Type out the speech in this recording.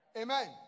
Amen